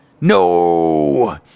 No